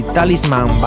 Talisman